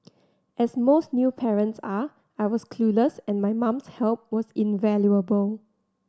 as most new parents are I was clueless and my mum's help was invaluable